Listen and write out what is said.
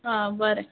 आ बरें